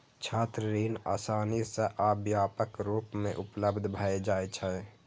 छात्र ऋण आसानी सं आ व्यापक रूप मे उपलब्ध भए जाइ छै